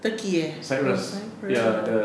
turkey eh oh cyprus